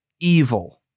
evil